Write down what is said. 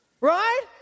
Right